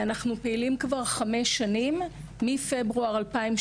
אנחנו פעילים חמש שנים מפברואר 2018